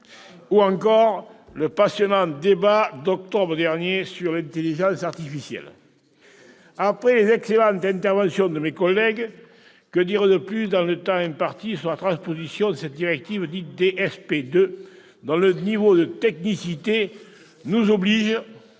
ou encore du passionnant débat d'octobre dernier sur l'intelligence artificielle. Après les excellentes interventions de mes collègues, que dire de plus, dans le temps imparti, sur la transposition de cette directive dite « DSP 2 », dont le niveau de technicité nous oblige,